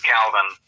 Calvin